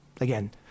Again